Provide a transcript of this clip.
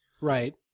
Right